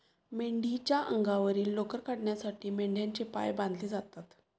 मेंढीच्या अंगावरील लोकर काढण्यासाठी मेंढ्यांचे पाय बांधले जातात